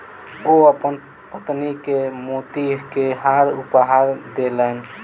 ओ अपन पत्नी के मोती के हार उपहार देलैन